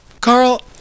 Carl